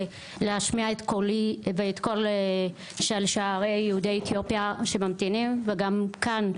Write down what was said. להשמיע את קולי ואת הקול של כל שארי יהודי אתיופיה שממתינים וגם כאן,